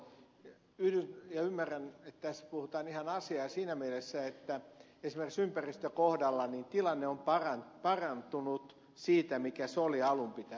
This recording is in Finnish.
yhdyn tähän ja ymmärrän että tässä puhutaan ihan asiaa siinä mielessä että esimerkiksi ympäristön kohdalla tilanne on parantunut siitä mikä se oli alun pitäen